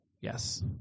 Yes